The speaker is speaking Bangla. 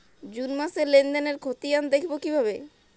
জুন মাসের লেনদেনের খতিয়ান দেখবো কিভাবে?